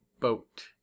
boat